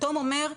הכתום אומר,